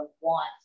want